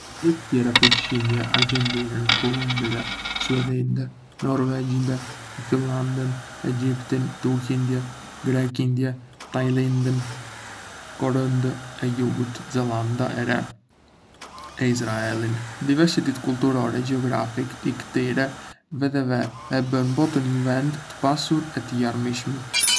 Vedhé të tjera përfshijndë Argjentindën, Kolumbindë, Suedindë, Norvegjindë, Finlandën, Egjiptin, Turqindë, Greqindë, Tajlandën, Korendë e Jugut, Zelanda e Re, e Izraelin. Diversiteti kulturor e gjeografik i këtyre vedhéve e bën botën një vend të pasur e të larmishëm.